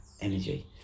energy